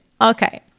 Okay